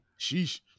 Sheesh